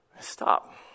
Stop